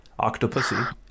Octopussy